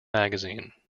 magazine